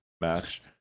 match